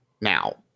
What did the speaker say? Now